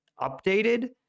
updated